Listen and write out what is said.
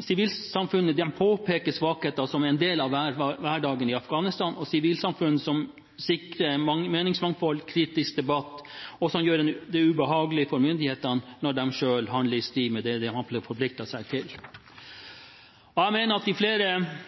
Sivilsamfunnet påpeker svakheter som er en del av hverdagen i Afghanistan. Det er sivilsamfunn som sikrer meningsmangfold og kritisk debatt, og som gjør det ubehagelig for myndighetene når de handler i strid med det de har forpliktet seg til. Jeg mener som flere at